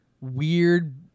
weird